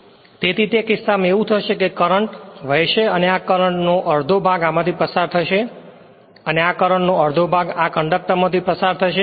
તેથી તે કિસ્સામાં એવું થશે કે કરંટ વહેશે અને આ કરંટ નો અડધો ભાગ આ માથી પસાર થશે અને આ કરંટ નો અડધો ભાગ કંડક્ટર માથી પસાર થશે